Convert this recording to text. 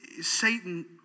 Satan